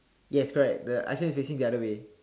yes correct the ice cream is facing the other way